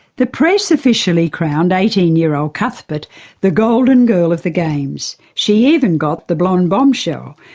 the press officially crowned eighteen-year-old cuthbert the golden girl of the games. she even got the blonde bombshell,